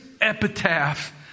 epitaph